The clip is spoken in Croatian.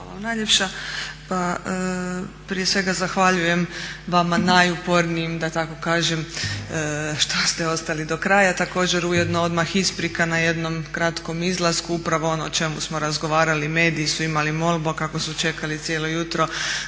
Hvala vam najljepša. Pa prije svega zahvaljujem vama najupornijim da tako kažem što se ostali do kraja. Također ujedno odmah isprika na jednom kratkom izlasku upravo ono o čemu smo razgovarali. Mediji su imali molbu, a kako su čekali cijelo jutro,